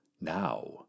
now